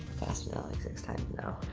asked me that like six times now.